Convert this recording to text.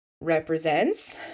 represents